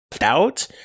out